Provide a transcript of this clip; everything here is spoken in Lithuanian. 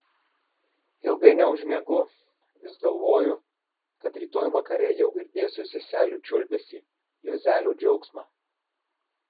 ilgai neužmiegu vis galvoju kad rytoj vakare jau girdėsiu seselių čiulbesį juozelio džiaugsmą